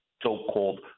so-called